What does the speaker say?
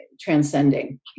transcending